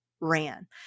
ran